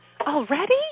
Already